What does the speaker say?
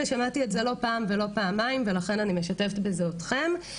ושמעתי את זה לא פעם ולא פעמיים ולכן אני משתפת בזה אתכם,